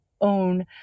own